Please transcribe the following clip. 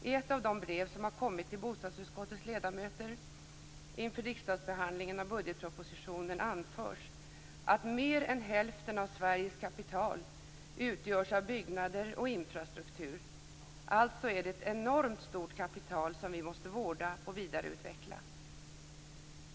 I ett av de brev som har kommit till bostadsutskottets ledamöter inför riksdagsbehandlingen av budgetpropositionen anförs att mer än hälften av Sveriges kapital utgörs av byggnader och infrastruktur. Det är alltså ett enormt stort kapital som vi måste vårda och vidareutveckla.